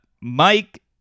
Mike